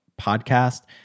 podcast